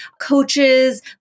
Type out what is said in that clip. coaches